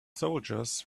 soldiers